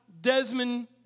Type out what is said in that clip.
Desmond